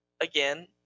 again